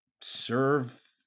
serve